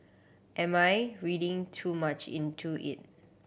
am I reading too much into it